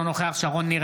אינו נוכח שרון ניר,